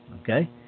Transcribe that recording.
Okay